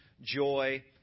Joy